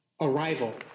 Arrival